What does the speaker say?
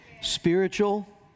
Spiritual